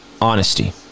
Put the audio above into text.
honesty